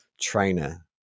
trainer